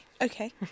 Okay